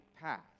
path